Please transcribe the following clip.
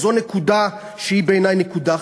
זאת נקודה שהיא בעיני נקודה חיובית.